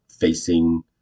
facing